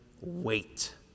wait